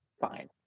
Fine